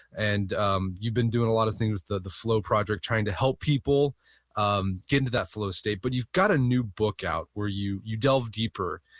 and um you've been doing a lot of things that the flow project trying to help people um get into that flow state. but you've got a new book out where you you delve deeper.